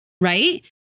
right